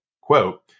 quote